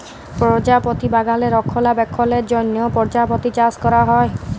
পরজাপতি বাগালে রক্ষলাবেক্ষলের জ্যনহ পরজাপতি চাষ ক্যরা হ্যয়